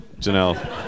Janelle